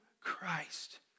Christ